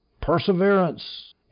perseverance